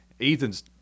Ethan's